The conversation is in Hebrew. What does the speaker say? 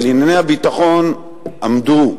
אבל ענייני הביטחון עמדו,